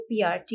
PRT